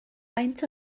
faint